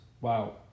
Wow